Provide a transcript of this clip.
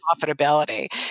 profitability